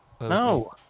No